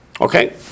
Okay